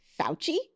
Fauci